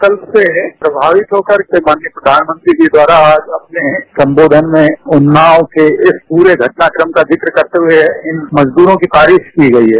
कला से प्रभावित होकर माननीय प्रचानमंत्री जी द्वारा आजवपने संबोषन में उन्नाव के इस पूरे घटनाक्रम का जिक्र करते हुए इन मजदूरों की तारीफ़की गई है